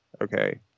Okay